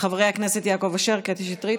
חברי הכנסת יעקב אשר, קטי שטרית?